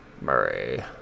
Murray